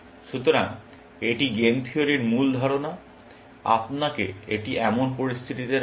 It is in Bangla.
সুতরাং এটি গেম থিওরির মূল ধারণা আপনাকে এটি এমন পরিস্থিতিতে রাখে